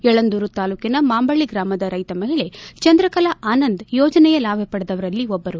ಯಳಂದೂರು ತಾಲೂಕಿನ ಮಾಂಬಳ್ಳಿ ಗ್ರಾಮದ ರೈತ ಮಹಿಳೆ ಚಂದ್ರಕಲಾ ಆನಂದ್ ಯೋಜನೆಯ ಲಾಭ ಪಡೆದವರಲ್ಲಿ ಒಬ್ಬರು